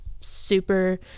super